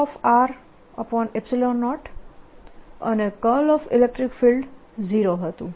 0 અને 0 હતું